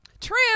True